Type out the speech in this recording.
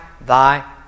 thy